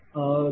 0042120